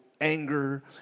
anger